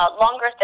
longer